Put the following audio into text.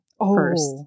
first